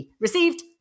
received